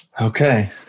Okay